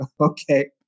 Okay